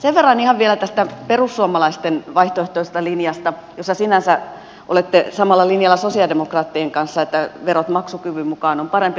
sen verran ihan vielä tästä perussuomalaisten vaihtoehtoisesta linjasta jossa sinänsä olette samalla linjalla sosialidemokraattien kanssa että verot maksukyvyn mukaan on parempi ratkaisu